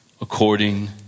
According